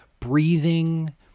Breathing